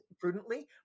prudently